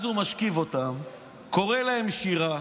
אז הוא משכיב אותם, קורא להם שירה